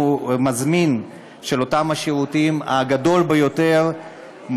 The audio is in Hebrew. המזמין הגדול ביותר של אותם שירותים,